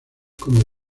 como